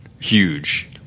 huge